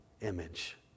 image